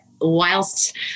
Whilst